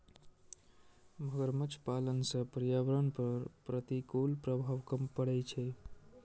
मगरमच्छ पालन सं पर्यावरण पर प्रतिकूल प्रभाव कम पड़ै छै